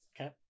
Okay